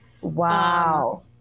Wow